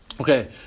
Okay